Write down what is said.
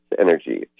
energy